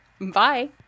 Bye